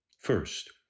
First